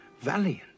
valiant